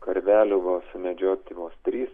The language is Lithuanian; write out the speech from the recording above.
karveliai buvo sumedžioti vos trys